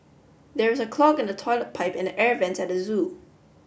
there is a clog in the toilet pipe and the air vents at the zoo